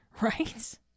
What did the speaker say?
Right